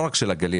לא רק של הגליל,